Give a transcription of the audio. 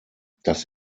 das